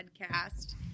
podcast